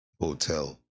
hotel